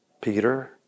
Peter